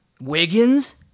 Wiggins